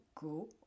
go